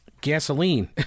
gasoline